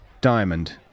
Diamond